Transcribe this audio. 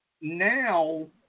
Now